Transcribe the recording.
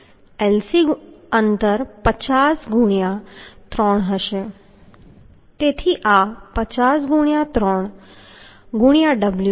તેથી Lc અંતર 50 ગુણ્યાં 3 હશે તેથી આ 50 ગુણ્યાં 3 ગુણ્યાં w